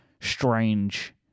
strange